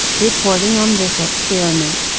reporting on this experiment,